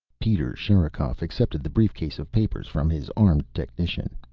peter sherikov accepted the briefcase of papers from his armed technician.